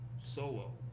Solo